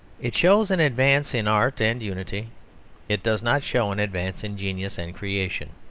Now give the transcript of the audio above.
it shows an advance in art and unity it does not show an advance in genius and creation.